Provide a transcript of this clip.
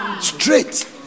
Straight